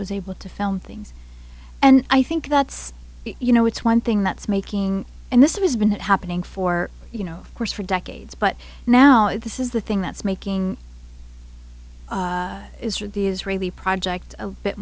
was able to film things and i think that's you know it's one thing that's making and this has been happening for you know course for decades but now this is the thing that's making the israeli project